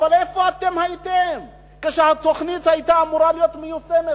אבל איפה אתם הייתם כאשר התוכנית היתה אמורה להיות מיושמת?